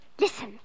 Listen